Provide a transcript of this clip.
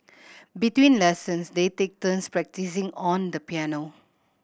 between lessons they take turns practising on the piano